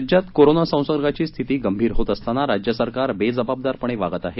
राज्यात कोरोना संसर्गाची स्थिती गंभीर होत असताना राज्य सरकार बेजबाबदारपणे वागत आहे